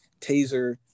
taser